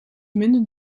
minder